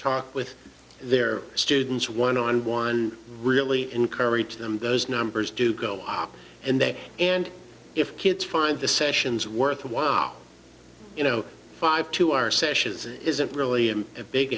with their students one on one really encourage them those numbers do go up and they and if kids find the sessions worthwhile you know five to our sessions isn't really a big